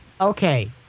Okay